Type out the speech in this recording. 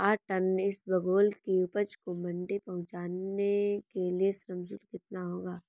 आठ टन इसबगोल की उपज को मंडी पहुंचाने के लिए श्रम शुल्क कितना होगा?